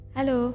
Hello